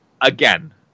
again